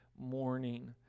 morning